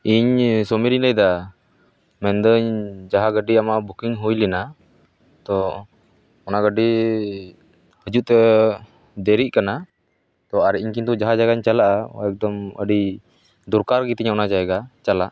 ᱤᱧ ᱥᱚᱢᱤᱨᱤᱧ ᱞᱟᱹᱭᱮᱫᱟ ᱢᱮᱱᱫᱟᱹᱧ ᱡᱟᱦᱟᱸ ᱜᱟᱹᱰᱤ ᱟᱢᱟᱜ ᱵᱩᱠᱤᱝ ᱦᱩᱭ ᱞᱮᱱᱟ ᱛᱚ ᱚᱱᱟ ᱜᱟᱹᱰᱤ ᱦᱤᱡᱩᱜ ᱛᱮ ᱫᱮᱨᱤᱜ ᱠᱟᱱᱟ ᱛᱚ ᱤᱧ ᱠᱤᱱᱛᱩ ᱡᱟᱦᱟᱸ ᱡᱟᱭᱜᱟᱧ ᱪᱟᱞᱟᱜᱼᱟ ᱮᱠᱫᱚᱢ ᱟᱹᱰᱤ ᱫᱚᱨᱠᱟᱨ ᱜᱮᱛᱤᱧᱟ ᱚᱱᱟ ᱡᱟᱭᱜᱟ ᱪᱟᱞᱟᱜ